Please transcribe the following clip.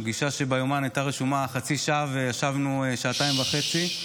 פגישה שביומן הייתה רשומה חצי שעה וישבנו שעתיים וחצי.